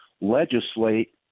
legislate